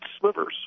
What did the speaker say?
slivers